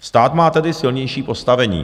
Stát má tedy silnější postavení.